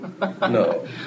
No